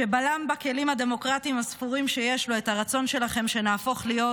שבלם בכלים הדמוקרטיים הספורים שיש לו את הרצון שלכם שנהפוך להיות